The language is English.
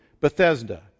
bethesda